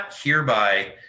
hereby